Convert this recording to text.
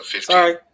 Sorry